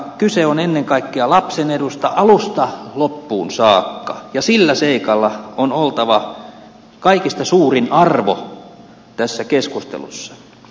kyse on ennen kaikkea lapsen edusta alusta loppuun saakka ja sillä seikalla on oltava kaikista suurin arvo tässä keskustelussa